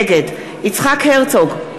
נגד יצחק הרצוג,